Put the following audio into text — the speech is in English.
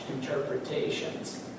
interpretations